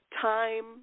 time